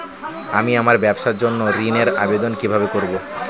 আমি আমার ব্যবসার জন্য ঋণ এর আবেদন কিভাবে করব?